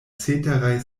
ceteraj